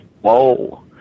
Whoa